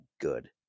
good